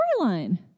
storyline